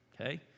okay